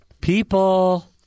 People-